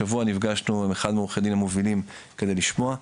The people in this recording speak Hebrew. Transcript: השבוע נפגשנו עם אחד מעורכי הדין המובילים כדי לשמוע.